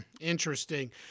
Interesting